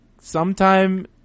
sometime